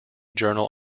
journal